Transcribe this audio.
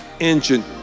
engine